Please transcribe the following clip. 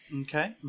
Okay